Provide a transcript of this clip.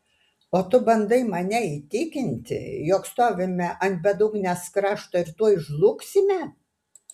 o tu bandai mane įtikinti jog stovime ant bedugnės krašto ir tuoj žlugsime